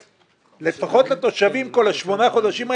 - לפחות לתושבים כל שמונת החודשים האלה,